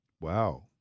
Wow